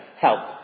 help